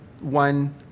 one